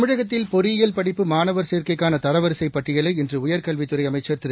தமிழகத்தில் பொறியியல் படிப்பு மாணவர் சேர்க்கைக்கான தரவரிசைப் பட்டியலை இன்று உயர்கல்வித்துறை அமைச்சர் திரு